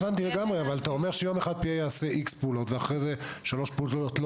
אבל אתה אומר שיום אחד P.A יעשה X פעולות ואחרי זה שלוש פעולות לא